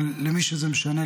אבל למי שזה משנה,